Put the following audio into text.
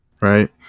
Right